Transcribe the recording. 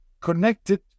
connected